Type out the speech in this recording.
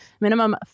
Minimum